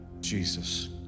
Jesus